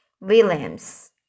Williams